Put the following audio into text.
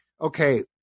okay